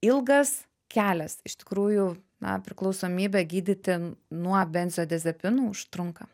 ilgas kelias iš tikrųjų na priklausomybę gydyti nuo benzodiazepinų užtrunka